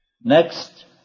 Next